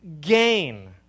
gain